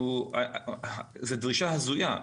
זו דרישה הזויה.